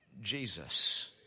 Jesus